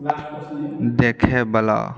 देखएवला